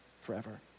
forever